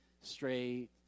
straight